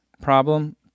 problem